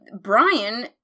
Brian